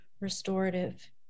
restorative